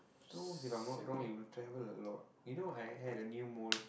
those if I'm not wrong will travel a lot you know I had a new mole